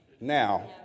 Now